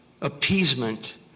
Appeasement